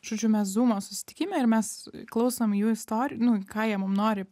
žodžiu mes zūmo susitikime ir mes klausom jų istor nu ką jie mum nori